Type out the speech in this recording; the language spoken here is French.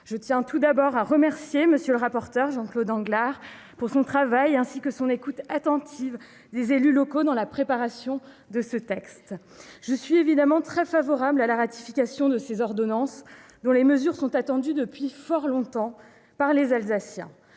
Je tiens tout d'abord à remercier M. le rapporteur Jean-Claude Anglars de son travail, ainsi que de son écoute attentive des élus locaux dans la préparation de ce texte. Je suis évidemment très favorable à la ratification de ces ordonnances, dont les mesures sont attendues depuis fort longtemps par les Alsaciens.